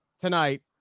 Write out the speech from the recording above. tonight